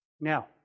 Now